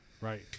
Right